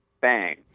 Bang